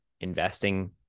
investing